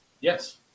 Yes